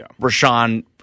Rashawn